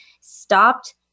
stopped